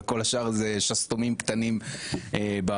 וכל השאר זה שסתומים קטנים במערכת.